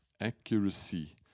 accuracy